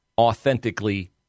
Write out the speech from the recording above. authentically